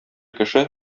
кеше